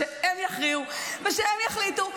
שהם יכריעו ושהם יחליטו.